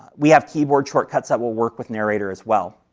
we have keyboard shortcuts that will work with narrator as well,